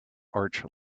arch